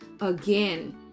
again